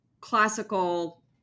classical